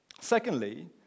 Secondly